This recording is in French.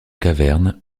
caverne